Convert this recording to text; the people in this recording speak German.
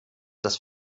das